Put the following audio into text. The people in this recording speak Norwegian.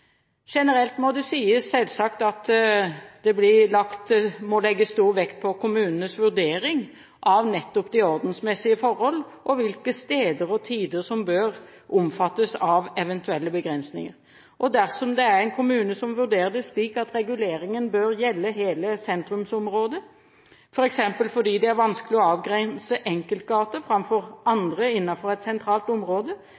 Generelt må det sies selvsagt at det må legges stor vekt på kommunenes vurdering av nettopp de ordensmessige forhold og hvilke steder og tider som bør omfattes av eventuelle begrensninger. Dersom det er en kommune som vurderer det slik at reguleringen bør gjelde hele sentrumsområdet, f.eks. fordi det er vanskelig å avgrense enkeltgater framfor